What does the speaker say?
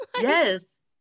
Yes